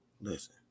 Listen